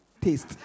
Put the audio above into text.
taste